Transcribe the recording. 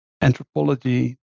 anthropology